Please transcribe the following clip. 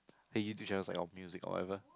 and you teacher was like on music or whatever